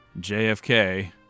JFK